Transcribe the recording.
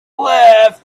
left